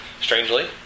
strangely